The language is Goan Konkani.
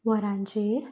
वरांचेर